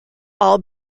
all